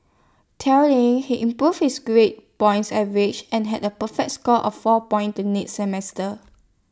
tellingly he improved his grade points average and had A perfect score of four points the next semester